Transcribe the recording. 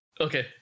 Okay